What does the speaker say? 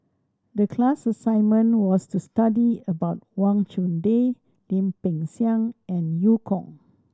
the class assignment was to study about Wang Chunde Lim Peng Siang and Eu Kong